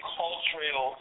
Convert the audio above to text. cultural